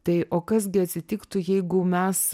tai o kas gi atsitiktų jeigu mes